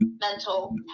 mental